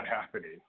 happening